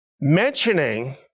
mentioning